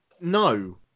no